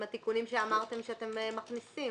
עם התיקונים שאמרתם שאתם מכניסים.